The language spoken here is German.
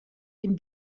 dem